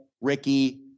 Ricky